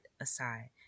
aside